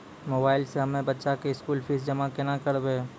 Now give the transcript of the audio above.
Mobile से हम्मय बच्चा के स्कूल फीस जमा केना करबै?